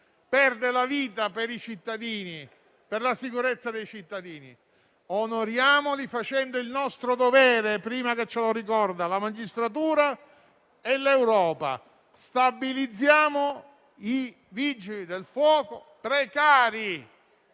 perde la vita per la sicurezza dei cittadini. Onoriamoli piuttosto facendo il nostro dovere prima che ce lo ricordino la magistratura e l'Europa. Stabilizziamo i vigili del fuoco precari,